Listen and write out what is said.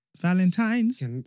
Valentines